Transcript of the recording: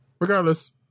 Regardless